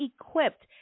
equipped